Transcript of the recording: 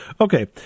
Okay